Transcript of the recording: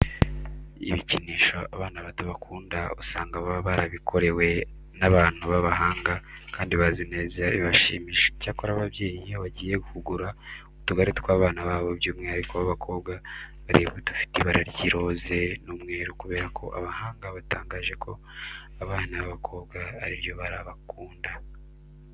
Ibikinisho abana bato bakunda usanga baba barabikorewe n'abantu b'abahanga kandi bazi neza ibibashimisha. Icyakora ababyeyi iyo bagiye kugura utugare tw'abana babo by'umwihariko b'abakobwa, bareba udufite ibara ry'iroze n'umweru kubera ko abahanga batangaje ko abana b'abakobwa ari ryo bara bakunda.